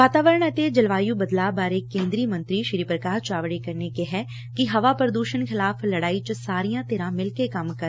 ਵਾਤਾਵਰਣ ਅਤੇ ਜਲਵਾਯੁ ਬਦਲਾਅ ਬਾਰੇ ਕੇਂਦਰੀ ਮੰਤਰੀ ਪ੍ਰਕਾਸ਼ ਜਾਵੜੇਕਰ ਨੇ ਕਿਹੈ ਕਿ ਹਵਾ ਪ੍ਰਦੁਸ਼ਣ ਖਿਲਾਫ਼ ਲਤਾਈ ਚ ਸਾਰੀਆਂ ਧਿਰਾਂ ਮਿਲਕੇ ਕੰਮ ਕਰਨ